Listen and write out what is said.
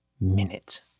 Minute